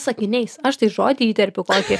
sakiniais aš tai žodį įterpiu kokį